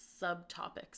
subtopics